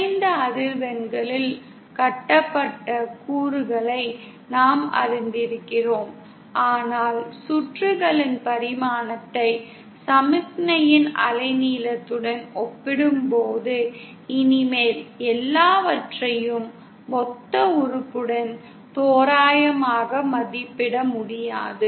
குறைந்த அதிர்வெண்களில் கட்டப்பட்ட கூறுகளை நாம் அறிந்திருக்கிறோம் ஆனால் சுற்றுகளின் பரிமாணத்தை சமிக்ஞையின் அலைநீளத்துடன் ஒப்பிடப்படும்போது இனிமேல் எல்லாவற்றையும் மொத்த உறுப்புடன் தோராயமாக மதிப்பிட முடியாது